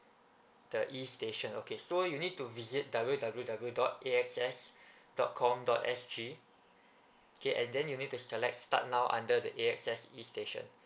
the E station okay so you need to visit W W W dot A X S dot com dot S G K and then you need to select start now under the A_X_S E station